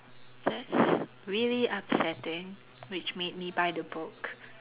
that's really upsetting which made me buy the book